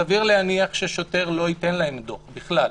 סביר להניח ששוטר לא ייתן להם דוח בכלל.